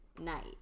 night